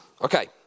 Okay